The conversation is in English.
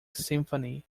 symphony